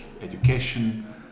education